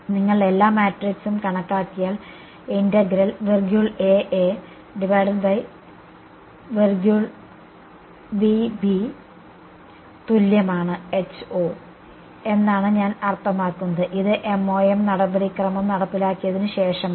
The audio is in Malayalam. നിങ്ങൾ എല്ലാ മാട്രിക്സും കണക്കാക്കിയാൽ ഇന്റഗ്രൽ തുല്യമാണ് എന്നാണ് ഞാൻ അർത്ഥമാക്കുന്നത് ഇത് MoM നടപടിക്രമം നടപ്പിലാക്കിയതിന് ശേഷമാണ്